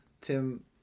Tim